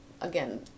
Again